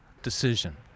Decision